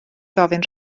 gofyn